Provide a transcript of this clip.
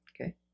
Okay